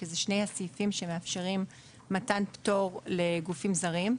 כי אלה הם שני הסעיפים שמאפשרים מתן פטור לגופים זרים.